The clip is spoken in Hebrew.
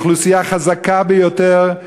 הם אוכלוסייה חזקה ביותר.